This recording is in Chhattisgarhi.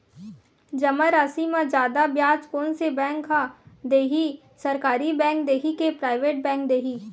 जमा राशि म जादा ब्याज कोन से बैंक ह दे ही, सरकारी बैंक दे हि कि प्राइवेट बैंक देहि?